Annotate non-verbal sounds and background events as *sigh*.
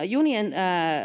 *unintelligible* junien